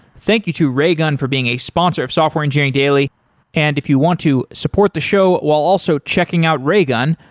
thank you to raygun for being a sponsor of software engineering daily and if you want to support the show while also checking out raygun,